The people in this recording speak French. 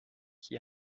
qui